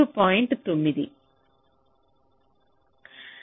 9